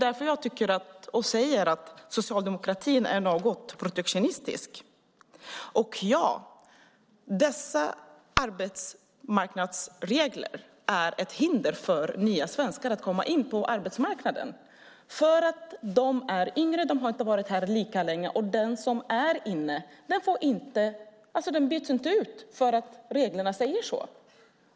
Därför säger jag att socialdemokratin är något protektionistisk. Arbetsmarknadsreglerna är ett hinder för nya svenskar att komma in på arbetsmarknaden. De är yngre och har inte varit här så länge. Den som är inne byts inte ut eftersom reglerna säger så.